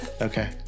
Okay